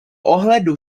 ohledu